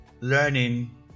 learning